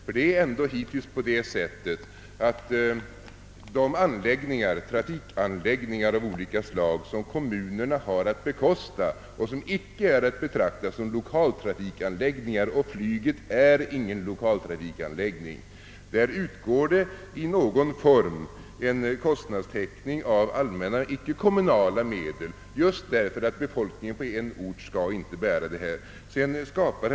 För de trafikanläggningar av olika slag som kommunerna har att bekosta och som icke är att betrakta som lokaltrafikanläggningar — och det är inte flyget — utgår i någon form en kostnadstäckning av allmänna, icke av kommunala medel just för att befolkningen på en ort inte skall bära dessa kostnader.